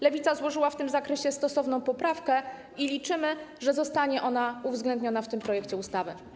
Lewica złożyła w tym zakresie stosowną poprawkę i liczymy, że zostanie ona uwzględniona w tym projekcie ustawy.